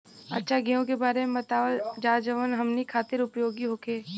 अच्छा गेहूँ के बारे में बतावल जाजवन हमनी ख़ातिर उपयोगी होखे?